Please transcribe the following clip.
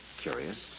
curious